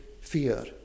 fear